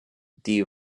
die